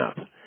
up